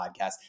podcast